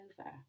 over